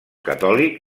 catòlic